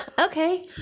Okay